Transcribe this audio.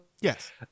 Yes